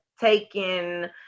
taken